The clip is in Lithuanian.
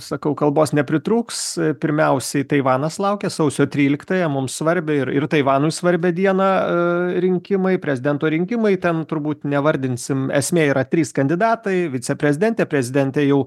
sakau kalbos nepritrūks pirmiausiai taivanas laukia sausio tryliktąją mums svarbią ir ir taivanui svarbią dieną rinkimai prezidento rinkimai ten turbūt nevardinsim esmė yra trys kandidatai viceprezidentė prezidentė jau